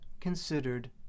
considered